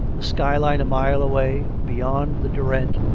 the skyline a mile away, beyond the derwent,